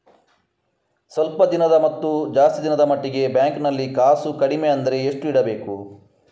ಸ್ವಲ್ಪ ದಿನದ ಮತ್ತು ಜಾಸ್ತಿ ದಿನದ ಮಟ್ಟಿಗೆ ಬ್ಯಾಂಕ್ ನಲ್ಲಿ ಕಾಸು ಕಡಿಮೆ ಅಂದ್ರೆ ಎಷ್ಟು ಇಡಬೇಕು?